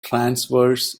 transverse